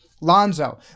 Lonzo